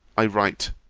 i write,